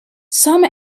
some